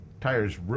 tires